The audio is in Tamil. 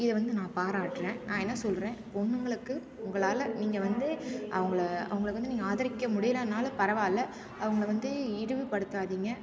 இதை வந்து நான் பாராட்டுறேன் நான் என்ன சொல்கிறேன் பொண்ணுங்களுக்கு உங்களால் நீங்கள் வந்து அவங்கள அவங்கள வந்து நீங்கள் ஆதரிக்க முடியலைன்னாலும் பரவாயில்ல அவங்கள வந்து இழிவுபடுத்தாதீங்க